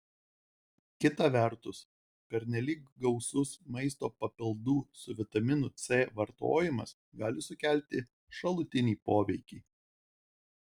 kita vertus pernelyg gausus maisto papildų su vitaminu c vartojimas gali sukelti šalutinį poveikį